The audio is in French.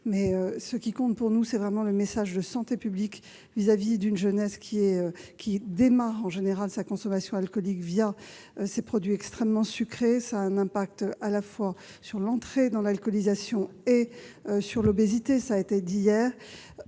%, ce qui compte pour nous, c'est vraiment le message de santé publique envoyé à une jeunesse qui démarre en général sa consommation alcoolique ces produits extrêmement sucrés, avec un impact à la fois sur l'entrée dans l'alcoolisation et sur l'obésité- cela a été dit hier.